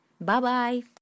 Bye-bye